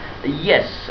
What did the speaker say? Yes